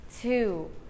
two